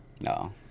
no